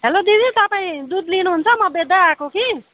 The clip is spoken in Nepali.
हेलो दिदी तपाईँ दुध लिनुहुन्छ म बेच्दै आएको कि